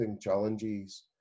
challenges